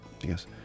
Yes